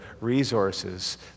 resources